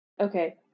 Okay